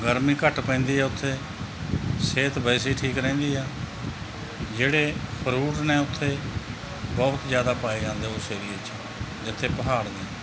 ਗਰਮੀ ਘੱਟ ਪੈਂਦੀ ਹੈੈ ਉੱਥੇ ਸਿਹਤ ਵੈਸੇ ਹੀ ਠੀਕ ਰਹਿੰਦੀ ਆ ਜਿਹੜੇ ਫਰੂਟ ਨੇ ਉੱਥੇ ਬਹੁਤ ਜ਼ਿਆਦਾ ਪਾਏ ਜਾਂਦੇ ਉਸ ਏਰੀਏ 'ਚ ਜਿੱਥੇ ਪਹਾੜ ਨੇ